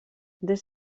des